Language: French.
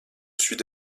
sud